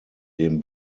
dem